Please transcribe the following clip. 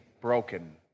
Broken